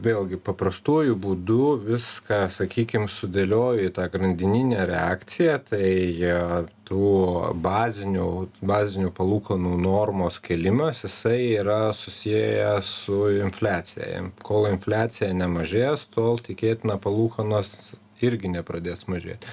vėlgi paprastuoju būdu viską sakykim sudėlioju į tą grandininę reakciją tai tų bazinių bazinių palūkanų normos kėlimas jisai yra susijęs su infliacija kol infliacija nemažės tol tikėtina palūkanos irgi nepradės mažėti